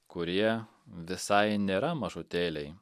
kurie visai nėra mažutėliai